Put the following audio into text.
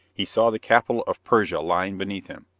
he saw the capital of persia lying beneath him.